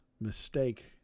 mistake